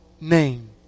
name